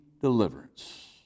deliverance